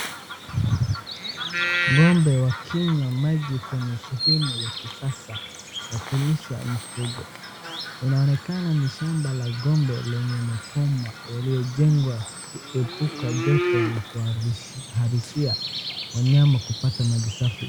Ng'ombe wakinywa maji kwenye sehemu ya kisasa ya kulisha mifugo. Inaonekana ni shamba la ng'ombe lenye maboma yaliyojengwa kuepuka joto na kuhalisia wanyama kupata maji safi.